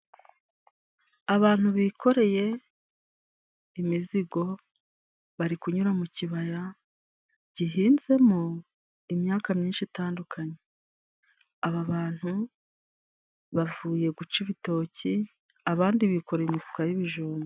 Abantu bikoreye imizigo bari kunyura mu kibaya, gihinzemo imyaka myinshi itandukanye aba bantu bavuye guca ibitoki abandi bikoreye imifuka y'ibijumba.